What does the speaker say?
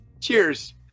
Cheers